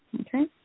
Okay